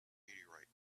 meteorite